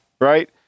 right